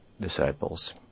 disciples